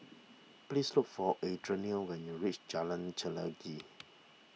please look for Adrianne when you reach Jalan Chelagi